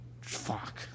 fuck